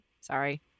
sorry